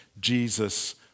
Jesus